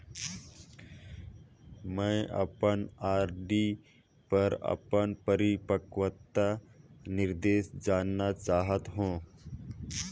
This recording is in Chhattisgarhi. मैं अपन आर.डी पर अपन परिपक्वता निर्देश जानना चाहत हों